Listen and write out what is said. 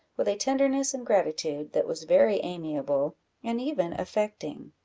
with a tenderness and gratitude that was very amiable and even affecting.